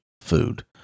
food